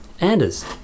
Anders